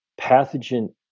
pathogen